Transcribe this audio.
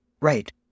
right